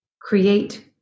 create